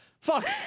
fuck